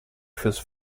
fürs